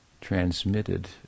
transmitted